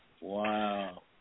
Wow